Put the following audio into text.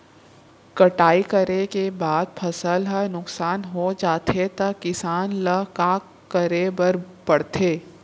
कटाई करे के बाद फसल ह नुकसान हो जाथे त किसान ल का करे बर पढ़थे?